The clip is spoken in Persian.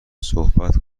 صحبت